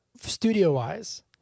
studio-wise